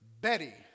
Betty